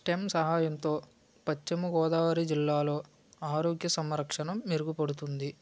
stem సహాయంతో పచ్చిమ గోదావరి జిల్లాలో ఆరోగ్య సంరక్షణం మెరుగుపడుతుంది